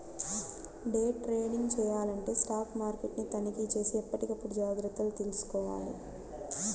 day trading చెయ్యాలంటే stock మార్కెట్ని తనిఖీచేసి ఎప్పటికప్పుడు జాగర్తలు తీసుకోవాలి